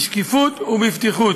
בשקיפות ובפתיחות.